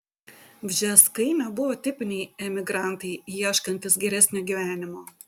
bžeskai nebuvo tipiniai emigrantai ieškantys geresnio gyvenimo